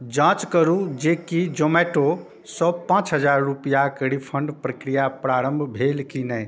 जाँच करू जेकि जोमैटोसँ पाँच हजार रुपैआके रिफण्डके प्रक्रिया प्रारम्भ भेल कि नहि